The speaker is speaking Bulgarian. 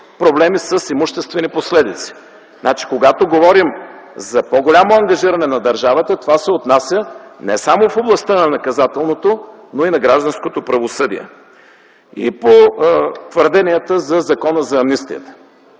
проблеми с имуществени последици. Когато говорим за по-голямо ангажиране на държавата, това се отнася не само в областта на наказателното, но и на гражданското правосъдие. И по твърденията за Закона за амнистията.